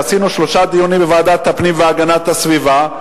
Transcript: קיימנו שלושה דיונים בוועדת הפנים והגנת הסביבה.